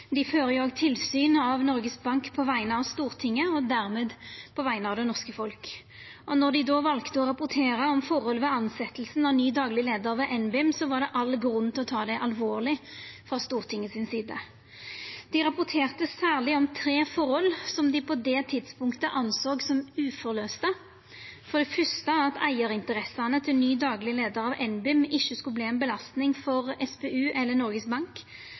Dei fører jo òg tilsyn med Noregs Bank på vegner av Stortinget og dermed på vegner av det norske folk. Når dei då valde å rapportera om forhold ved tilsetjinga av ny dagleg leiar av NBIM, var det all grunn til å ta det alvorleg frå Stortinget si side. Dei rapporterte særleg om tre forhold som dei på det tidspunktet såg som uforløyste: at eigarinteressene til ny dagleg leiar av NBIM ikkje skulle verta ei belasting for SPU eller Noregs Bank